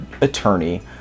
attorney